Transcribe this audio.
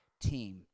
team